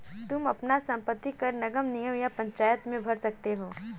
तुम अपना संपत्ति कर नगर निगम या पंचायत में भर सकते हो